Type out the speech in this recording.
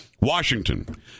Washington